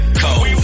code